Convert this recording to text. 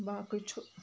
باقٕے چھُ